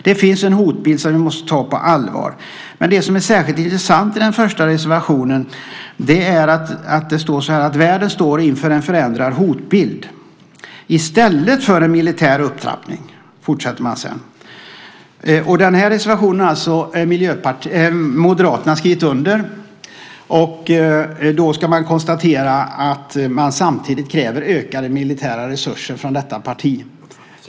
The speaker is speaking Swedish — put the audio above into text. Det finns en hotbild som vi måste ta på allvar, men det som är särskilt intressant i den första reservationen är att det står att världen står inför en förändrad hotbild - i stället för en militär upptrappning. Denna reservation har Moderaterna skrivit under. Då kan vi konstatera att detta parti samtidigt kräver ökade militära resurser.